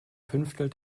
fünftel